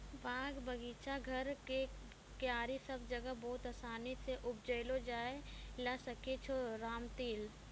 बाग, बगीचा, घर के क्यारी सब जगह बहुत आसानी सॅ उपजैलो जाय ल सकै छो रामतिल